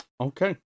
Okay